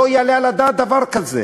לא יעלה על הדעת דבר כזה.